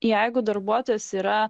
jeigu darbuotojas yra